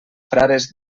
frares